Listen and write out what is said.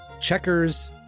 Checkers